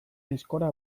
aizkora